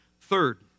Third